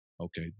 Okay